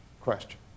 question